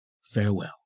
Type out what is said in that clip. Farewell